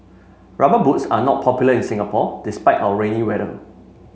rubber boots are not popular in Singapore despite our rainy weather